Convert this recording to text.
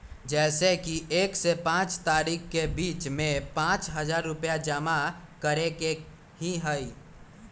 जैसे कि एक से पाँच तारीक के बीज में पाँच हजार रुपया जमा करेके ही हैई?